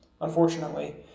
Unfortunately